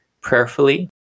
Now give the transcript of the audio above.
prayerfully